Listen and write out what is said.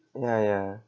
ya ya